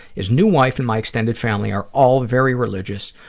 his new wife and my extended family are all very religious,